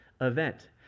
event